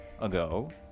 ago